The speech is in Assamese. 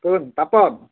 কোন পাপন